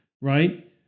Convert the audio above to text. right